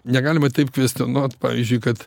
negalima taip kvestionuot pavyzdžiui kad